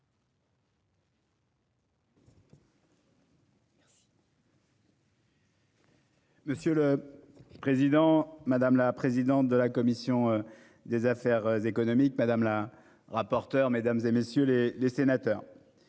Monsieur le président, madame la présidente de la commission des affaires économiques, madame le rapporteur, mesdames, messieurs les sénateurs,